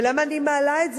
ולמה אני מעלה את זה?